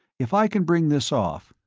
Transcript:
if i can bring this off,